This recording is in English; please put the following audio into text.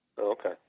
Okay